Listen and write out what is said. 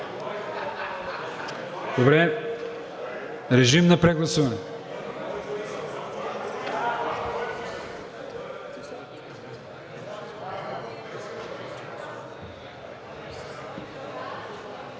Добре, режим на прегласуване.